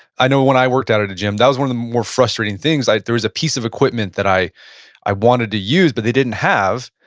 i know when i worked out in a gym, that was one of the more frustrating things, like there was a piece of equipment that i i wanted to use but they didn't have,